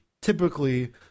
typically